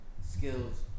skills